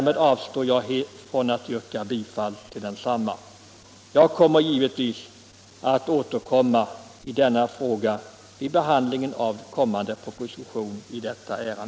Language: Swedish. Jag avstår även från att yrka bifall till motionen. Givetvis återkommer jag i frågan vid behandlingen av den väntade propositionen.